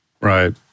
Right